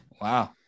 wow